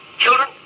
Children